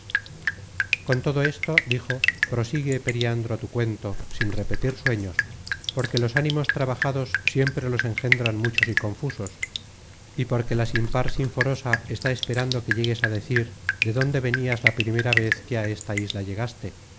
con todo eso dijo prosigue periandro tu cuento sin repetir sueños porque los ánimos trabajados siempre los engendran muchos y confusos y porque la sin par sinforosa está esperando que llegues á decir de dónde venias la primera vez que á esta isla llegaste